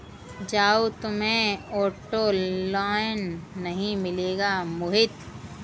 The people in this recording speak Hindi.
जाओ, तुम्हें ऑटो लोन नहीं मिलेगा मोहित